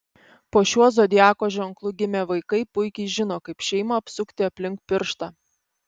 po šiuo zodiako ženklu gimę vaikai puikiai žino kaip šeimą apsukti aplink pirštą